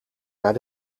naar